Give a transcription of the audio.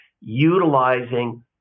utilizing